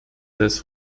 das